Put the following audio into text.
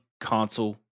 console